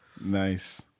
Nice